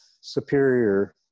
superior